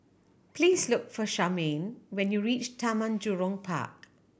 please look for Charmaine when you reach Taman Jurong Park